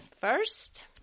first